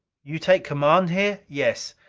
you take command here? yes.